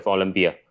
Olympia